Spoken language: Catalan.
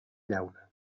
llauna